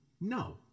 no